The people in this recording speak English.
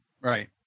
right